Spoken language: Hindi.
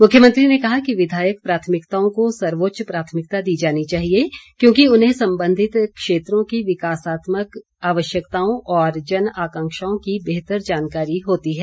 मुख्यमंत्री ने कहा कि विधायक प्राथमिकताओं को सर्वोच्च प्राथमिकता दी जानी चाहिए क्योंकि उन्हें संबंधित क्षेत्रों की विकासात्मक आवश्यकताओं और जनआकांक्षाओं की बेहतर जानकारी होती है